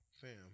fam